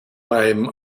beim